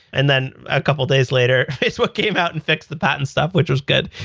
and then a couple of days later facebook came out and fix the patent stuff, which was good.